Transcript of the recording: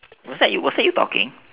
was that you was that you talking